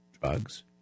drugs